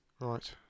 Right